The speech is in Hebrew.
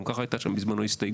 גם ככה הייתה שם בזמנו הסתייגות.